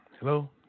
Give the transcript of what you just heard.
Hello